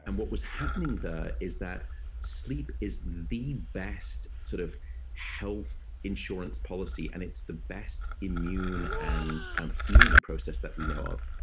and what was happening there is that sleep is the best sort of health insurance policy, and it's the best immune and healing process that we know of.